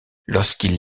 lorsqu’il